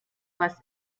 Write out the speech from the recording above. was